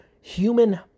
human